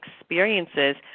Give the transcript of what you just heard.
experiences